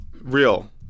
Real